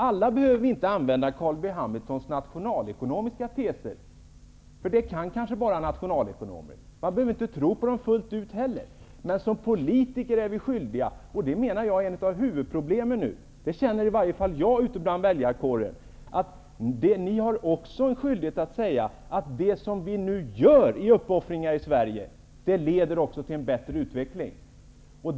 Alla behöver inte använda Carl B Hamiltons nationalekonomiska teser -- sådana kan kanske bara nationalekonomer. Man behöver inte heller tro på dem fullt ut. Men som politiker är vi skyldiga -- det är ett av huvudproblemen, vilket jag känner ute hos väljarkåren -- att säga att det som vi i Sverige nu gör i form av uppoffringar leder till en bättre utveckling.